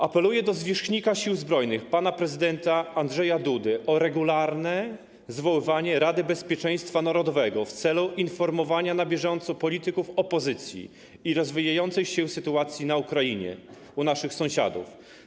Apeluję do zwierzchnika Sił Zbrojnych pana prezydenta Andrzeja Dudy o regularne zwoływanie Rady Bezpieczeństwa Narodowego w celu informowania na bieżąco polityków opozycji o rozwijającej się sytuacji na Ukrainie, u naszych sąsiadów.